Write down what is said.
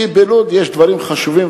כי בלוד יש דברים חשובים,